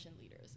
leaders